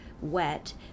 wet